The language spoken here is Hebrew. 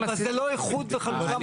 אבל זה לא איחוד וחלוקה.